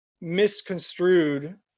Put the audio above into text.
misconstrued